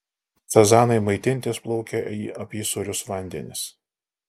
sazanai maitintis plaukia į apysūrius vandenis